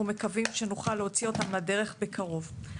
מקווים שנוכל להוציא ואתם לדרך בקרוב.